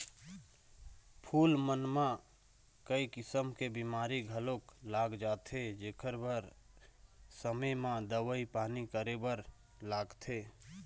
फूल मन म कइ किसम के बेमारी घलोक लाग जाथे जेखर बर समे म दवई पानी करे बर लागथे